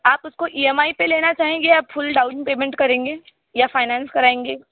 आप उसको E M I पर लेना चाहेंगे या फुल डाउन पेमेंट करेंगे या फाइनेंस कराएंगे